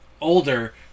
older